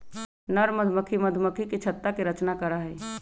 नर मधुमक्खी मधुमक्खी के छत्ता के रचना करा हई